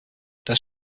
das